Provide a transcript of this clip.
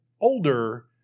older